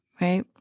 right